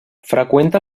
freqüenta